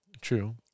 True